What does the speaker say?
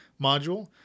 module